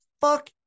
fuck